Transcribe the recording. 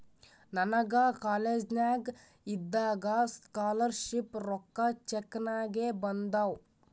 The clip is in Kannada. ನನಗ ಕಾಲೇಜ್ನಾಗ್ ಇದ್ದಾಗ ಸ್ಕಾಲರ್ ಶಿಪ್ ರೊಕ್ಕಾ ಚೆಕ್ ನಾಗೆ ಬಂದಾವ್